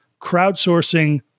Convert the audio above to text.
crowdsourcing